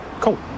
Cool